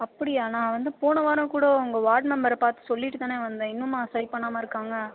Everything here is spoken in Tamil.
அப்படியா நான் வந்து போன வாரம் கூட உங்கள் வார்ட் மெம்பரை பார்த்து சொல்லிட்டு தானே வந்தேன் இன்னுமா சரி பண்ணாமல் இருக்காங்க